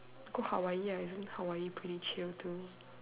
go Hawaii ah Hawaii isn't Hawaii pretty chill too